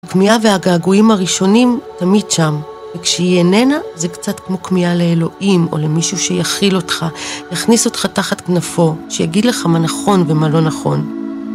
הכמיהה והגעגועים הראשונים, תמיד שם. וכשהיא איננה, זה קצת כמו כמיהה לאלוהים, או למישהו שיכיל אותך, יכניס אותך תחת כנפו, שיגיד לך מה נכון ומה לא נכון.